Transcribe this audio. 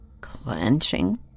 clenching